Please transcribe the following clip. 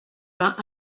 vingt